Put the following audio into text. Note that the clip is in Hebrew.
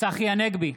צחי הנגבי,